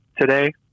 today